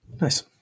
nice